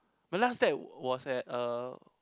my last date was at uh